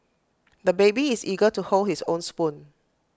the baby is eager to hold his own spoon